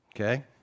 Okay